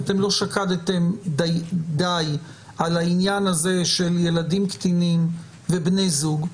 אתם לא שקדתם די על העניין הזה של ילדים קטינים ובני זוג.